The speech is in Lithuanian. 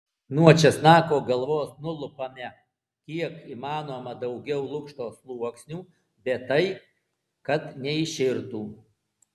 nuo česnako galvos nulupame kiek įmanoma daugiau lukšto sluoksnių bet taip kad neiširtų